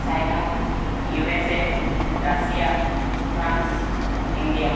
China USA Russia France India